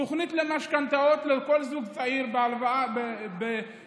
התוכנית למשכנתאות לכל זוג צעיר בהלוואה בערבות